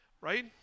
right